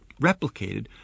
replicated